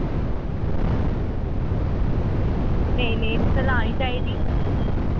नेईं नेईं तुसैं लानी चाहिदी